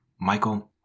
Michael